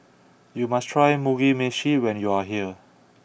you must try Mugi Meshi when you are here